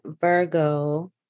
Virgo